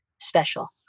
special